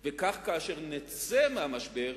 וכך, כאשר נצא מהמשבר,